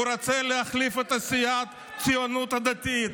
הוא רוצה להחליף את סיעת הציונות הדתית.